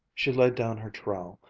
she laid down her trowel,